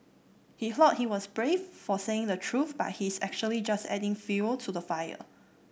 he thought he was brave for saying the truth but he's actually just adding fuel to the fire